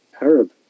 Arab